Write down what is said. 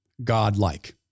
God-like